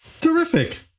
Terrific